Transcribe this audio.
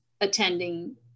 attending